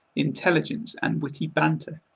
intelligence, and witty banter.